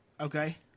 Okay